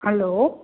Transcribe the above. hello